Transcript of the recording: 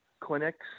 clinics